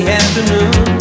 afternoon